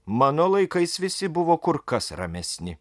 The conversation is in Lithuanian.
mano laikais visi buvo kur kas ramesni